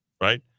right